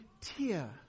tear